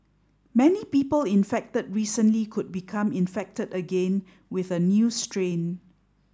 many people infected recently could become infected again with a new strain